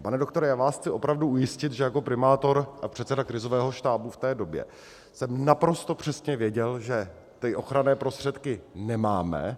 A pane doktore, já vás chci opravdu ujistit, že jako primátor a předseda krizového štábu v té době jsem naprosto přesně věděl, že ty ochranné prostředky nemáme.